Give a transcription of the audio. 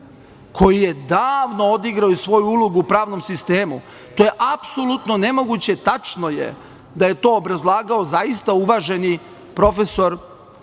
koji je davno odigrao svoju ulogu u pravnom sistemu. To je apsolutno nemoguće. Tačno je da je to obrazlagao zaista uvaženi prof. Tanasije